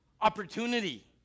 opportunity